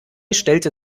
stellte